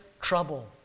trouble